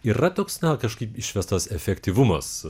yra toks na kažkaip išvestos efektyvumas